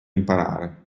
imparare